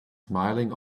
smiling